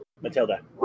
Matilda